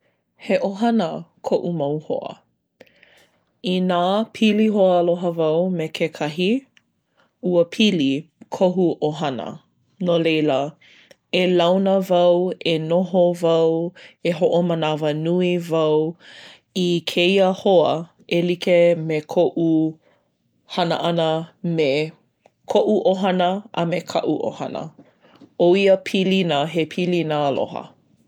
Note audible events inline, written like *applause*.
He ʻohana koʻu mau hoa. Inā pili hoaaloha wau me kakahi, ua pili kohu ʻohana. No leila, e launa wau, e noho wau, e hoʻomanawanui wau i kēia hoa e like me koʻu *hesitation* hana ʻana me koʻu ʻohana a me kaʻu ʻohana. ʻO ia pilina, he pilina aloha.